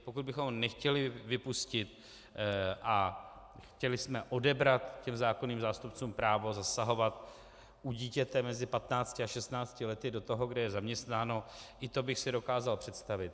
Pokud bychom ho nechtěli vypustit a chtěli jsme odebrat zákonným zástupcům právo zasahovat u dítěte mezi patnácti a šestnácti lety do toho, kde je zaměstnáno, i to bych si dokázal představit.